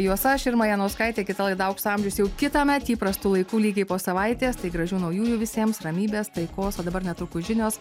juos aš irma janauskaitė kita laida aukso amžius jau kitąmet įprastu laiku lygiai po savaitės tai gražių naujųjų visiems ramybės taikos o dabar netrukus žinios